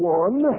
one